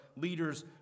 leaders